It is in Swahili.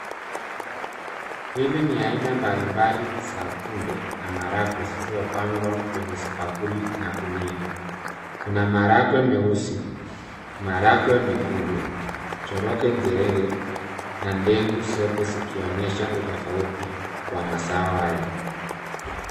Hili ni aina mbalimbali za kunde na maharagwe zilizopangwa kwa bakuli na gunia. Kuna maharagwe meusi, maharagwe mekundu, choroke cherenge na ndegu zote zikionyesha utofauti wa mazao haya.